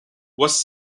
was